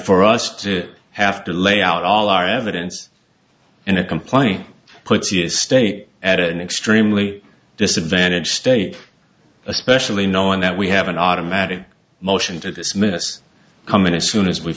for us to have to lay out all our evidence in a complaint puts you state at an extremely disadvantage state especially knowing that we have an automatic motion to dismiss coming as soon as we